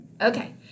Okay